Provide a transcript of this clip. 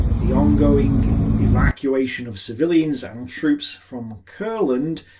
the ongoing evacuation of civilians and troops from courland,